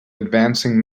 advancing